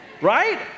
right